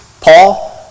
Paul